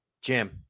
Jim